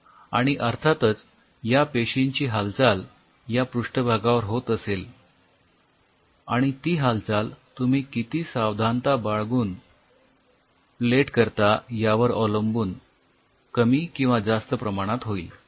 आणि अर्थातच या पेशींची हालचाल या पृष्ठभागावर होत असेल आणि ती हालचाल तुम्ही किती सावधानता बाळगून प्लेट करता यावर अवलंबून कमी किंवा जास्त प्रमाणात होईल